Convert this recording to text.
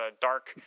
dark